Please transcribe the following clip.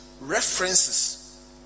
references